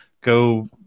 go